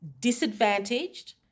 disadvantaged